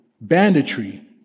banditry